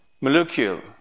molecule